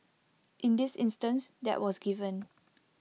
in this instance that was given